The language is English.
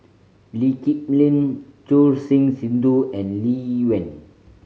Lee Kip Lin Choor Singh Sidhu and Lee Wen